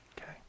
Okay